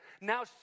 now